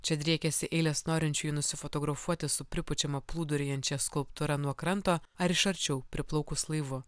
čia driekiasi eilės norinčiųjų nusifotografuoti su pripučiama plūduriuojančia skulptūra nuo kranto ar iš arčiau priplaukus laivu